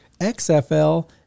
XFL